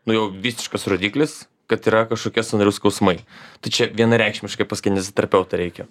nu jau visiškas rodiklis kad yra kažkokie sąnarių skausmai tai čia vienareikšmiškai pas kineziterapeutą reikia